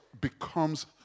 becomes